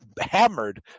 hammered